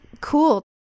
cool